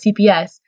cps